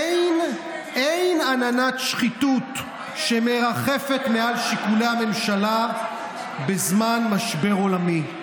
אין עננת שחיתות שמרחפת מעל שיקולי הממשלה בזמן משבר עולמי.